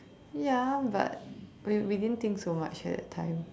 ya but we we didn't think so much at that time